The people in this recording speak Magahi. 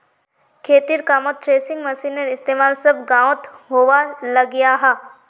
खेतिर कामोत थ्रेसिंग मशिनेर इस्तेमाल सब गाओंत होवा लग्याहा